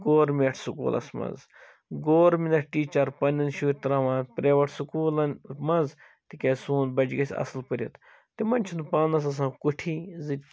گورمیٹھ سکوٗلَس مَنٛز گورمیٹھ ٹیٖچر پَنٕنۍ شُرۍ ترٛاوان پریٚویٹ سکوٗلَن مَنٛز تِکیٛاز سون بَچہِ گَژھِ اَصٕل پٔرِتھ تِمن چھِ نہٕ پانَس آسان کوٚٹھی زِ